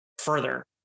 further